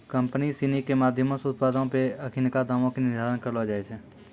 company सिनी के माधयमो से उत्पादो पे अखिनका दामो के निर्धारण करलो जाय छै